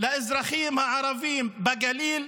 לאזרחים הערבים בגליל,